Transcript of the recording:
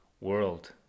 world